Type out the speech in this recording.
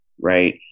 right